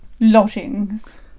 lodgings